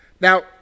Now